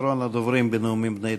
אחרון הדוברים בנאומים בני דקה.